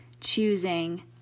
choosing